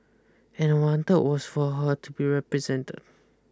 and I wanted was for her to be represent